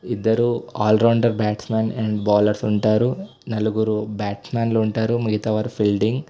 ఇద్దరు all rounder batsmen and bowlers ఉంటారు నలుగురు బ్యాట్స్మెన్లు ఉంటారు మిగతావారు ఫిల్డింగ్